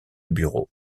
bureau